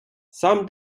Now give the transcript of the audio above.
сам